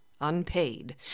unpaid